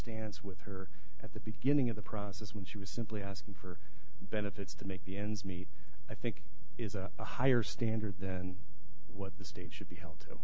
stance with her at the beginning of the process when she was simply asking for benefits to make the ends meet i think is a higher standard than what the state should be hel